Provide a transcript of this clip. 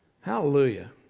Hallelujah